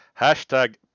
Hashtag